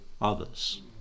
others